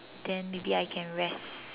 then maybe I can rest